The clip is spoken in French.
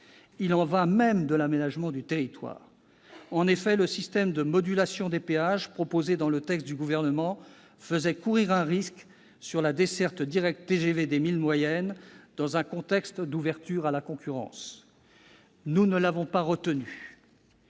il y va de l'aménagement du territoire lui-même. Or le système de modulation des péages proposé dans le texte du Gouvernement faisait courir un risque à la desserte TGV directe des villes moyennes, dans un contexte d'ouverture à la concurrence : nous ne l'avons donc pas retenu.